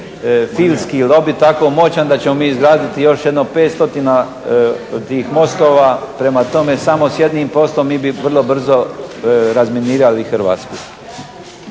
mostofilski lobi tako moćan da ćemo mi izgraditi još jedno 500-tina tih mostova. Prema tome samo s jednim posto mi bi vrlo brzo razminirali Hrvatsku.